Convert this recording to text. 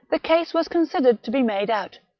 the case was considered to be made out,